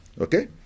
Okay